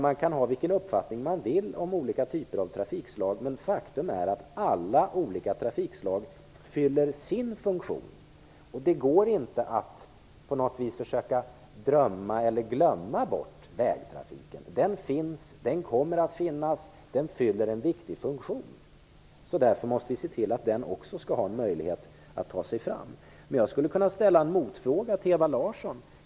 Man kan ha vilken uppfattning man vill om olika typer av trafikslag, men faktum är att alla trafikslag fyller sin funktion. Det går inte att på något sätt försöka drömma eller glömma bort vägtrafiken. Den finns och den kommer att finnas. Den fyller en viktig funktion. Därför måste vi se till att den också skall ha en möjlighet att ta sig fram. Jag skulle kunna ställa en motfråga till Ewa Larsson.